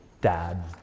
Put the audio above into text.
dad